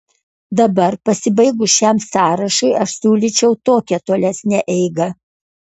dabar pasibaigus šiam sąrašui aš siūlyčiau tokią tolesnę eigą